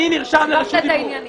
אני נרשם לרשות דיבור.